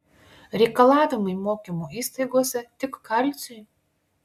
reikalavimai mokymo įstaigose tik kalciui